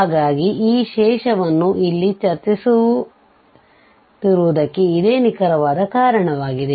ಹಾಗಾಗಿ ಈ ಶೇಷವನ್ನು ಇಲ್ಲಿ ಚರ್ಚಿಸುತ್ತಿರುವುದಕ್ಕೆ ಇದೇ ನಿಖರವಾದ ಕಾರಣವಾಗಿದೆ